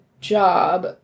job